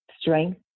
strength